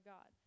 God